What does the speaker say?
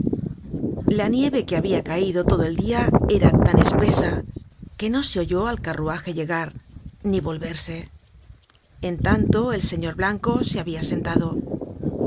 la nieve que habia caido todo el dia era tan espesa que no se oyó al carruaje llegar ni volverse en tanto el señor blanco se habia sentado